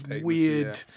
weird